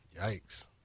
Yikes